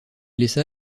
laissa